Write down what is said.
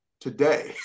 today